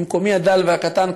ממקומי הדל והקטן,